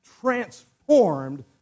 transformed